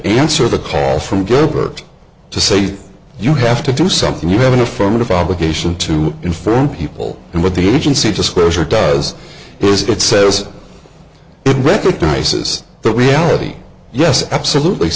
answer the call from gilbert to say you have to do something you have an affirmative obligation to inform people and what the agency disclosure does is it says it recognizes the reality yes absolutely